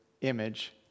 image